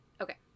Okay